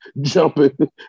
jumping